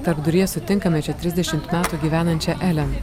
tarpduryje sutinkame čia trisdešimt metų gyvenančią elen